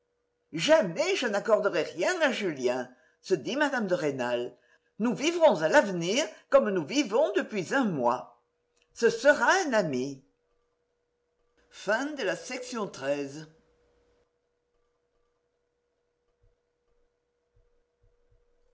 jamais je n'accorderai rien à julien se dit mme de rênal nous vivrons à l'avenir comme nous vivons depuis un mois ce sera un ami chapitre xiv